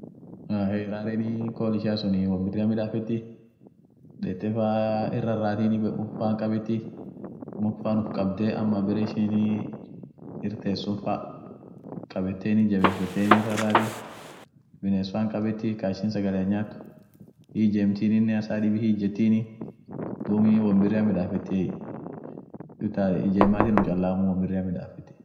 Ahey raarenii kool ishia sunii won birrian midafeet, dette faa hin raarratini muk faan kabeti, muk fan uf kabde ama barre ishinii irteet sun fa kabeteni jabefeteni ir rarrati, biness faan kabeti ka ishin sagalean nyaat hi ijemtininnea saa dibi hi ijtteni, duumi won birrian midafettiey, taa ijemmatinum challamu won birrian midafeeti.